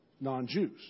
non-Jews